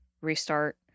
restart